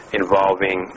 involving